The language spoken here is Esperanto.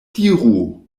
diru